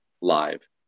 live